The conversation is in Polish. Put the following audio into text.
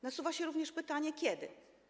Nasuwa się również pytanie: Kiedy?